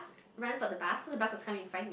run for the bus cause the bus was come in five minute